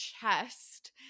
chest